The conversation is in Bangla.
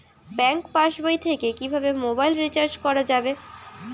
ব্যাঙ্ক পাশবই থেকে কিভাবে মোবাইল রিচার্জ করা যাবে?